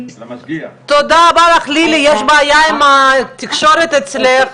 תודה רבה, לילי, יש בעיה עם התקשורת אצלך.